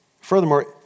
Furthermore